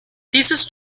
dieses